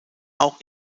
auch